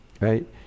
right